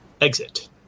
exit